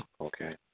Okay